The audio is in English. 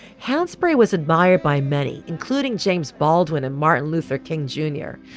hansberry was admired by many, including james baldwin and martin luther king junior.